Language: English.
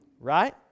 Right